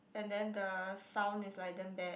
and then the sound is like damn bad